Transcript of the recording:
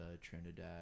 Trinidad